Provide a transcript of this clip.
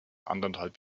anderthalb